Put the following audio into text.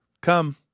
Come